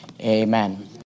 amen